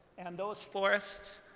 and those forests,